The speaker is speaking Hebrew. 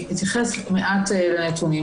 אני אתייחס מעט לנתונים.